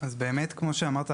כמו שאמרת,